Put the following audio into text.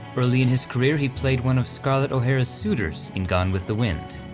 early in his career he played one of scarlett o'hara suitors in gone with the wind.